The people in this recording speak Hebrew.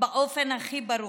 באופן הכי ברור: